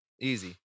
Easy